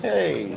Hey